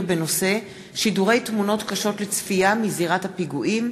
בנושא: שידורי תמונות קשות לצפייה מזירת הפיגועים,